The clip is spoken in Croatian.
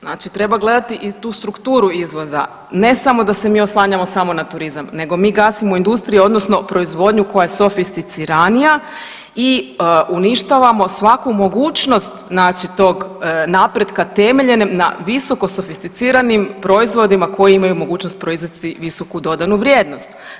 Znači treba gledati i tu strukturu izvoza, ne samo da se mi oslanjamo samo na turizam nego mi gasimo industrije odnosno proizvodnju koja je sofisticiranija i uništavamo svaku mogućnost znači tog napretka temeljenog na visokosofisticiranim proizvodima koji imaju mogućnost proizvesti visoku dodanu vrijednost.